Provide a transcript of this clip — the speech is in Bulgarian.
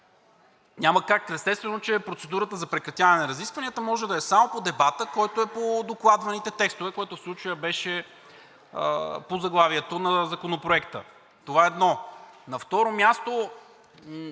Няма как. Естествено, че процедурата за прекратяване на разискванията може да е само по дебата, който е по докладваните текстове, който в случая беше по заглавието на Законопроекта. Това е едно. На второ място,